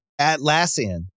Atlassian